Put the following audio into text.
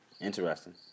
interesting